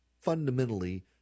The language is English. fundamentally